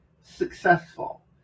successful